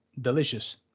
delicious